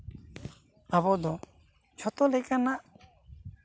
ᱟᱵᱚ ᱫᱚ ᱡᱷᱚᱛᱚ ᱞᱮᱠᱟᱱᱟᱜ